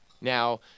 Now